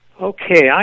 Okay